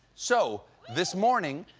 so, this morning,